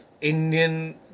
Indian